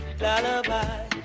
lullaby